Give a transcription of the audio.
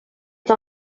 que